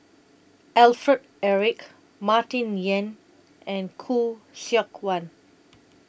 Alfred Eric Martin Yan and Khoo Seok Wan